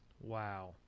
Wow